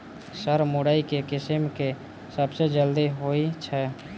Sir मुरई केँ किसिम केँ सबसँ जल्दी होइ छै?